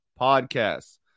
podcasts